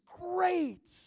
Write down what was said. great